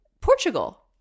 Portugal